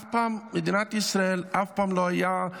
מדינת ישראל אף פעם לא הייתה,